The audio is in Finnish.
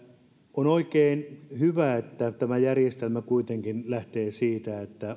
on oikein hyvä että tämä järjestelmä kuitenkin lähtee siitä että